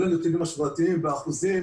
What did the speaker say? כולל נתונים השוואתיים באחוזים,